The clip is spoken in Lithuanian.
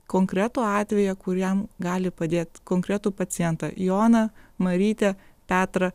konkretų atvejį kur jam gali padėt konkretų pacientą joną marytę petrą